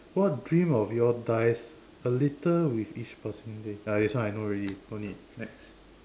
what dream of yours dies a little with each passing day ah this one I know already don't need next